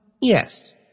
yes